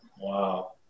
Wow